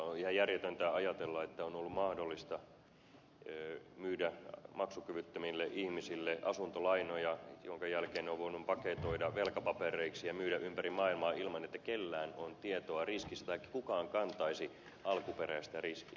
on ihan järjetöntä ajatella että on ollut mahdollista myydä maksukyvyttömille ihmisille asuntolainoja minkä jälkeen ne on voinut paketoida velkapapereiksi ja myydä ympäri maailmaa ilman että kenelläkään on tietoa riskistä taikka kukaan kantaisi alkuperäistä riskiä